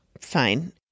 fine